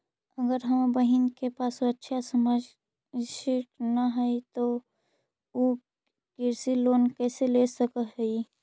अगर हमर बहिन के पास सुरक्षा या संपार्श्विक ना हई त उ कृषि लोन कईसे ले सक हई?